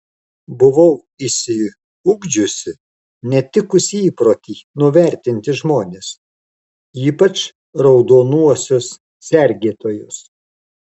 buvau išsiugdžiusi netikusį įprotį nuvertinti žmones ypač raudonuosius sergėtojus